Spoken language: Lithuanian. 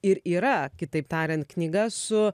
ir yra kitaip tariant knyga su